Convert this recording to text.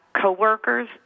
coworkers